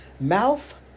Mouth